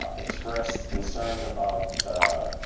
um expressed concerns about a.